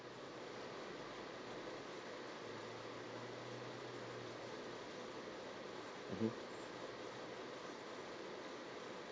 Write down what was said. mmhmm